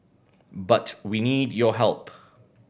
but we need your help